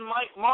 Mike